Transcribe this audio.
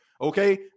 okay